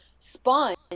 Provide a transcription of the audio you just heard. sponge